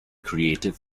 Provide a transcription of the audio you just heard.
created